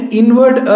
inward